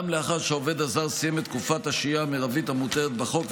גם לאחר שהעובד הזר סיים את תקופת השהייה המרבית המותרות בחוק,